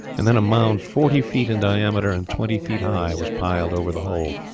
and then a mound forty feet in diameter and twenty feet high was piled over the whole.